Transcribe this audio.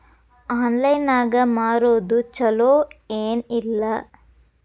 Online ನಾಗ್ ಮಾರೋದು ಛಲೋ ಏನ್ ಇಲ್ಲ?